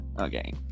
Okay